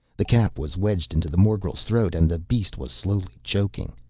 the cap was wedged into the morgel's throat and the beast was slowly choking.